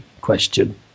question